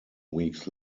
weeks